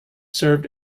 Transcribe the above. served